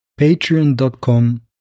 Patreon.com